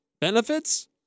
benefits